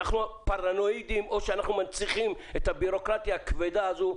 אנחנו פרנואידים או שאנחנו מנציחים את הבירוקרטיה הכבדה הזאת,